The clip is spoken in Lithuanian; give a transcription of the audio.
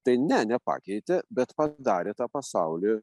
tai ne nepakeitė bet darė tą pasaulį